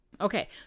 okay